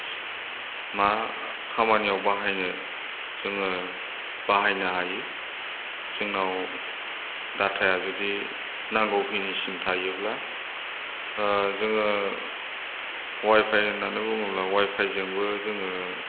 मा खामानियाव बाहायनो जोङो बाहायनो हायो जोंनाव डाटाया जुदि नांगौखिनिसिम थायोब्ला जोङो वायफाय होननानै बुङोब्ला वायफायजोंबो जोङो